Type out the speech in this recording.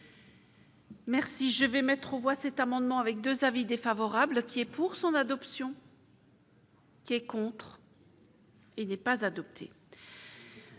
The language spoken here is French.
Merci, je vais mettre aux voix cet amendement avec 2 avis défavorables qui est pour son adoption. Qui est contre et n'est pas adopté